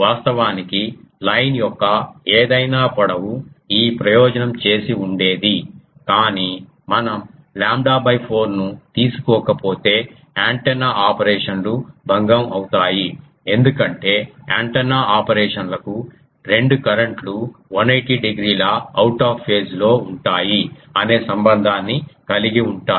వాస్తవానికి లైన్ యొక్క ఏదైనా పొడవు ఈ ప్రయోజనం చేసి ఉండేది కాని మనం లాంబ్డా 4 ను తీసుకోకపోతే యాంటెన్నా ఆపరేషన్లు భంగం అవుతాయి ఎందుకంటే యాంటెన్నా ఆపరేషన్లకు రెండు కరెంట్ లు 180 డిగ్రీల అవుట్ ఆఫ్ పేజ్ లో ఉంటాయి అనే సంబంధాన్ని కలిగి ఉంటాయి